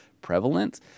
prevalent